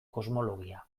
kosmologia